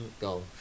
Go